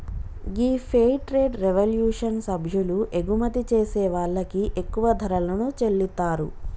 గీ fair trade revolution సభ్యులు ఎగుమతి చేసే వాళ్ళకి ఎక్కువ ధరలను చెల్లితారు